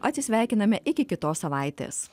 atsisveikiname iki kitos savaitės